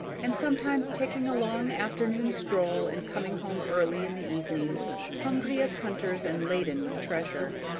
and sometimes taking a long afternoon stroll and coming home early in the evening hungry as hunters and laden with treasure,